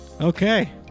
Okay